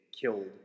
killed